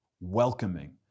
welcoming